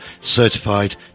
Certified